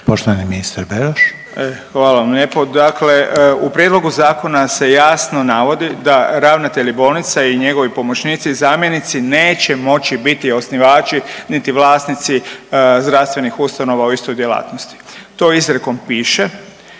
Poštovani ministar Beroš. **Beroš, Vili (HDZ)** Hvala vam lijepo. Dakle u Prijedlogu zakona se jasno navodi da ravnatelji bolnica i njegovi pomoćnici, zamjenici neće moći biti osnivači niti vlasnici zdravstvenih ustanova u istoj djelatnosti. To izrijekom piše